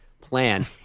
plan